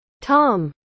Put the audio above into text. tom